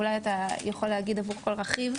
אולי אתה יכול להגיד עבור כל רכיב?